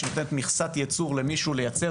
המדינה נותנת מכסה בשביל לייצר,